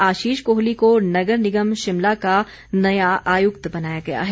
आशीष कोहली को नगर निगम शिमला का नया आयुक्त बनाया गया है